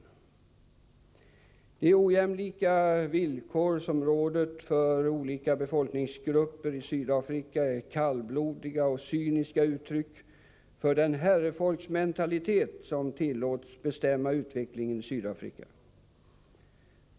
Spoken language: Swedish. De ojämlika villkor som råder för olika befolkningsgrupper i Sydafrika är kallblodiga och cyniska uttryck för den herrefolksmentalitet som tillåts bestämma utvecklingen i Sydafrika.